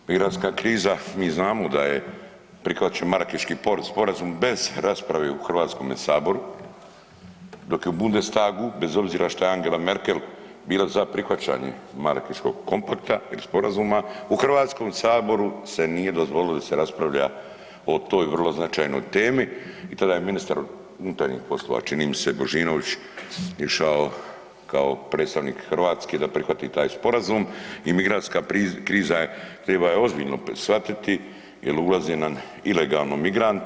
Migrantska krizna mi znamo da je prihvaćen Marakeški sporazum bez rasprave u Hrvatskome saboru dok je u Bundestagu bez obzira što je Angela Merkel bila za prihvaćanje Marakeškog kompakta, sporazuma, u Hrvatskom saboru se nije dozvolio da se raspravlja o toj vrlo značajnoj temi i kada je ministar unutarnjih poslova čini mi se Božinović išao kao predstavnik Hrvatske da prihvati taj sporazum i migrantska kriza triba je ozbiljno shvatiti, jer ulaze nam ilegalno migranti.